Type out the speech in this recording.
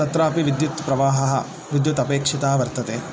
तत्रापि विद्युत्प्रवाहः विद्युत् अपेक्षिताः वर्तते